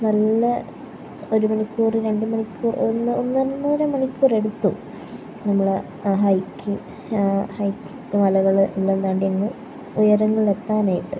നല്ല ഒരു മണിക്കുറ് രണ്ട് മണിക്കൂർ ഒന്ന് ഒന്നൊന്നര മണിക്കൂർ എടുത്തു നമ്മൾ ആ ഹൈക്ക് ആ ഹൈക്ക് മലകൾ എല്ലാം താണ്ടി അങ്ങ് ഉയരങ്ങളിൽ എത്താനായിട്ട്